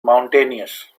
mountainous